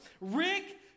Rick